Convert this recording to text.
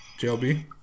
JLB